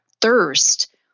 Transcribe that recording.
thirst